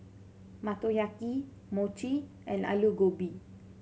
Motoyaki Mochi and Alu Gobi